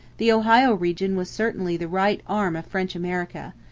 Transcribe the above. the ohio region was certainly the right arm of french america.